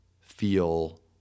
feel